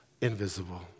invisible